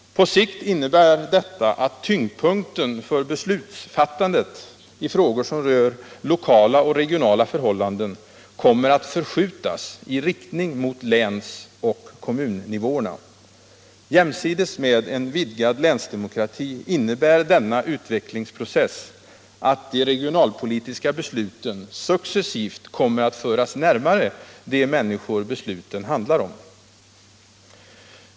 På sikt innebär det att tyngdpunkten för beslutsfattandet i frågor som rör lokala och regionala förhållanden kommer att förskjutas i riktning mot länsoch kommunnivåerna. Jämsides med en vidgad länsdemokrati innebär denna utvecklingsprocess att de regionalpolitiska besluten successivt kommer att föras närmare de människor besluten handlar om.